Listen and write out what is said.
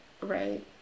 Right